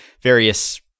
various